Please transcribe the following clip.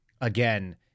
again